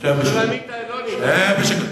שולמית אלוני, שב בשקט.